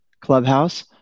Clubhouse